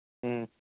ꯎꯝ